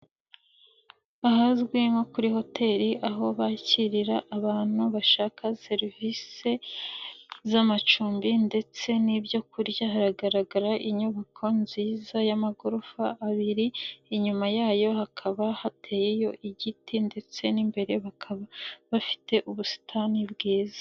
Ahazwi nko kuri hoteli aho bakirira abantu bashaka serivisi z'amacumbi ndetse n'ibyo kurya, hagaragara inyubako nziza y'amagorofa abiri, inyuma yayo hakaba hateyeyo igiti ndetse n'imbere bakaba bafite ubusitani bwiza.